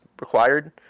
required